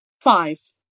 Five